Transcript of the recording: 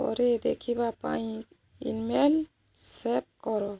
ପରେ ଦେଖିବା ପାଇଁ ଇମେଲ୍ ସେଭ୍ କର